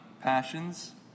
passions